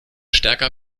stärker